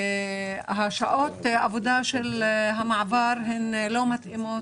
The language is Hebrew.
שעות עבודת המעבר לא מתאימות,